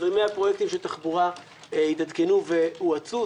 תזרימי הפרויקטים של תחבורה התעדכנו והואצו,